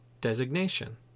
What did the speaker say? designation